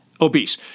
obese